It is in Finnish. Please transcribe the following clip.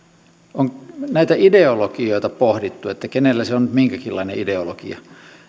on näitä ideologioita pohdittu että kenellä se on minkäkinlainen ideologia